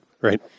Right